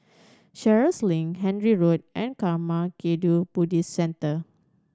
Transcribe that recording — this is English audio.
Sheares Link Handy Road and Karma Kagyud Buddhist Centre